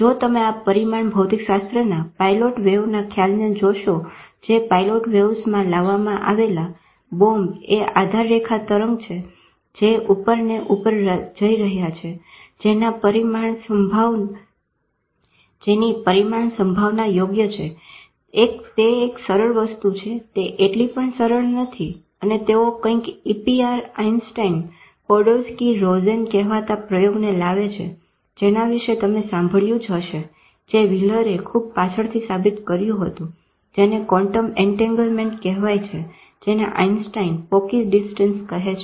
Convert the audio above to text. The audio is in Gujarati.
જો તમે આ પરિમાણ ભૌતિકશાસ્ત્રના પાઈલોટ વેવના ખ્યાલને જોશો જે પાઈલોટ વેવ્સમાં લાવવામાં આવેલા બોમ્બ એ આધાર રેખા તરંગ છે જે ઉપરને ઉપર જઈ રહ્યા છે જેની પરિમાણ સંભાવના યોગ્ય છે તે એક સરળ વસ્તુ છે તે એટલી પણ સરળ નથી અને તેઓ કંઈક EPR આઇન્સ્ટાઇન પોડોલ્સકી રોઝન કહેવાતા પ્રયોગને લાવે છે જેના વિશે તમે સાંભળ્યું જ હશે જે વ્હીલરે ખુબ પાછળથી સાબિત કર્યું હતું જેને ક્વોનટમ એન્ટેન્ગ્લ્મેંન્ટ કહેવાય છે જેને આઇન્સ્ટાઇન પોકી ડીસટનસ કહે છે